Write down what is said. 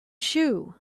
shoe